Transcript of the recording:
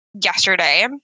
yesterday